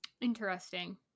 Interesting